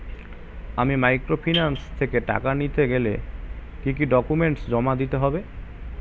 আমি মাইক্রোফিন্যান্স থেকে টাকা নিতে গেলে কি কি ডকুমেন্টস জমা দিতে হবে?